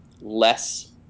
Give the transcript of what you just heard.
less